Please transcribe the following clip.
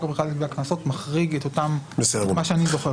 המרכז לגביית קנסות מחריג את האוכלוסייה האמורה.